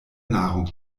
nahrung